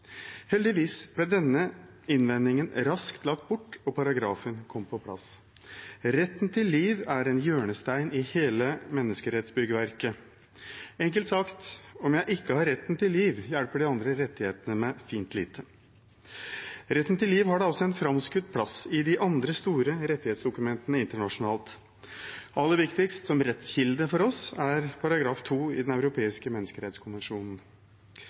Heldigvis ble denne innvendingen raskt lagt bort, og paragrafen kom på plass. Retten til liv er en hjørnestein i hele menneskerettsbyggverket. Enkelt sagt: Om jeg ikke har retten til liv, hjelper de andre rettighetene meg fint lite. Retten til liv har da også en framskutt plass i de andre store rettighetsdokumentene internasjonalt. Aller viktigst som rettskilde for oss er § 2 i Den europeiske menneskerettskonvensjonen.